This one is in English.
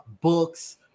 books